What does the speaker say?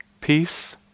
peace